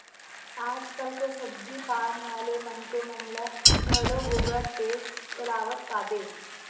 आज कल तो सब्जी पान वाले मनखे मन ल घलौ गुगल पे चलावत पाबे